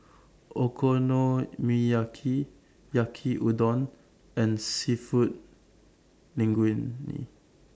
Okonomiyaki Yaki Udon and Seafood Linguine